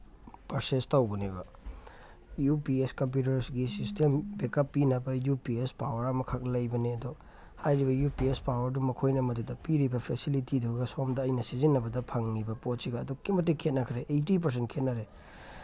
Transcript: purchase ꯇꯧꯕꯅꯦꯕ U P S ꯀꯝꯄ꯭ꯌꯨꯇꯔꯒꯤ system backup ꯄꯤꯅꯕ ꯌꯨ ꯄꯤ ꯑꯦꯁ ꯄꯋꯥꯔ ꯑꯃꯈꯛ ꯂꯩꯕꯅꯦ ꯑꯗꯣ ꯍꯥꯏꯔꯤꯕ ꯌꯨ ꯄꯤ ꯑꯦꯁ ꯄꯋꯥꯔꯗꯨ ꯃꯈꯣꯏꯅ ꯃꯗꯨꯗ ꯄꯤꯔꯤꯕ ꯐꯦꯁꯤꯂꯤꯇꯤꯗꯨꯒ ꯁꯣꯝꯗ ꯑꯩꯅ ꯁꯤꯖꯤꯟꯅꯕꯗ ꯐꯪꯉꯤꯕ ꯄꯣꯠꯁꯤꯒ ꯑꯗꯨꯛꯀꯤ ꯃꯇꯤꯛ ꯈꯦꯠꯅꯈ꯭ꯔꯦ ꯑꯩꯠꯇꯤ ꯄꯥꯔꯁꯦꯟ ꯈꯦꯠꯅꯔꯦ